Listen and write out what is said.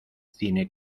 cine